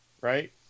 right